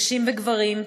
נשים וגברים,